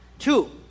Two